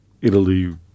Italy